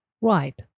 Right